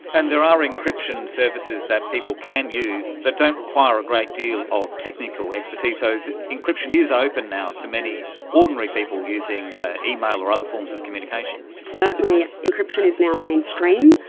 and there are encryption services that people can use that don't require a great deal of technical expertise. so encryption is open now to many ordinary people using email or other forms of communication. certainly, encryption is now mainstream,